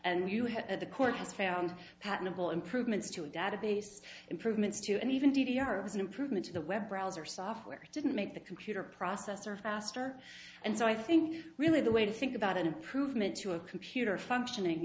has found patentable improvements to a database improvements to and even d v r is an improvement to the web browser software didn't make the computer processor faster and so i think really the way to think about an improvement to a computer functioning